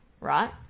Right